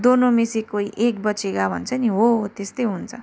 दोनो में से एक बचेगा भन्छ नि हो त्यस्तै हुन्छ